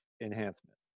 enhancement